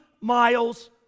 miles